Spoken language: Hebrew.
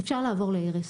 אפשר לעבור לאיריס.